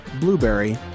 Blueberry